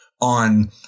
on